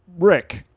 Rick